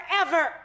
forever